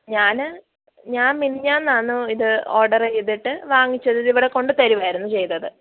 ഞാന് ഞാൻ മിനിങ്ങാന്നാണ് ഇത് ഓർഡർ ചെയ്തിട്ട് വാങ്ങിച്ചത് ഇതിവിടെക്കൊണ്ട് തരികയാണ് ചെയ്തത്